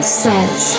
says